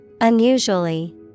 Unusually